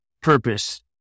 purpose